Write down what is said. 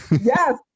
yes